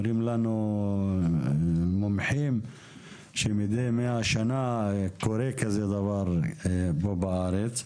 אומרים לנו מומחים שמידי 100 שנה קורה כזה דבר פה בארץ.